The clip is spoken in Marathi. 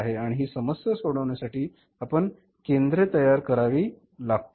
आणि ही समस्या सोडविण्यासाठी आपण केंद्रे तयार करावी लागतील